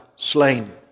Slain